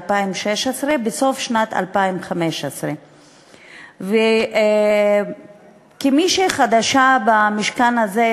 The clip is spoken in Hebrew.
בסוף שנת 2015. כמי שחדשה במשכן הזה,